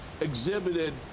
exhibited